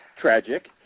tragic